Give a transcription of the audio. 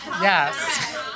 yes